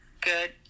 good